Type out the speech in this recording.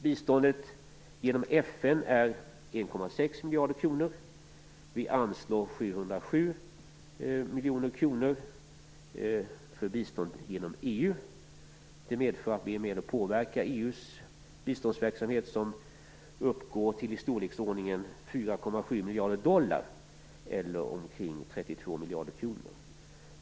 Biståndet genom FN uppgår till 1,6 miljarder kronor. Vi anslår 707 miljoner kronor till bistånd genom EU. Det medför att vi är med och påverkar EU:s biståndsverksamhet, där det handlar om i storleksordningen 4,7 miljarder dollar, omkring 32 miljarder kronor.